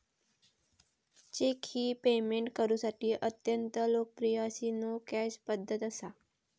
check ही payment करुसाठी अत्यंत लोकप्रिय अशी नो कॅश पध्दत असा